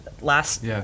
last